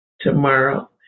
tomorrow